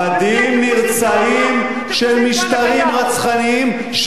עבדים נרצעים של משטרים רצחניים,